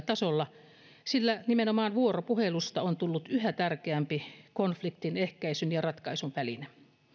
tasolla sillä nimenomaan vuoropuhelusta on tullut yhä tärkeämpi konfliktien ehkäisyn ja ratkaisun väline